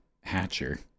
Hatcher